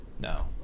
No